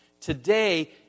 Today